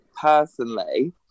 personally